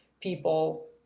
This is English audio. people